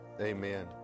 Amen